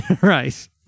Right